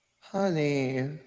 Honey